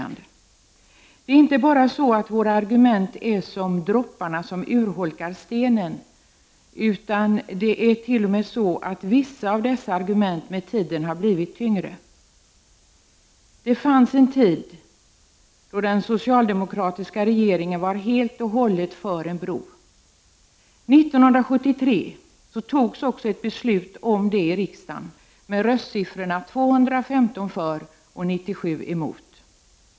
23 Det är inte bara så att våra argument är som dropparna som urholkar stenen, utan det är t.o.m. så att vissa av dessa argument med tiden har blivit tyngre. Det fanns en tid då den socialdemokratiska regeringen var helt och hållet för en bro. 1973 togs också ett beslut om detta här i riksdagen, med röstsiffrorna 215 för och 97 emot.